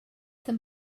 some